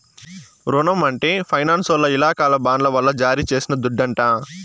రునం అంటే ఫైనాన్సోల్ల ఇలాకాల బాండ్ల వల్ల జారీ చేసిన దుడ్డంట